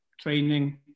training